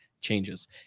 changes